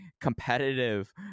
competitive